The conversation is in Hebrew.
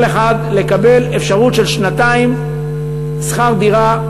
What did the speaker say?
לכל אחד לקבל שנתיים שכר דירה.